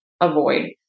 avoid